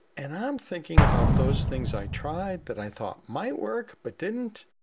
and i'm thinking about those things i tried that i thought might work but didn't,